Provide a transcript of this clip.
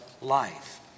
life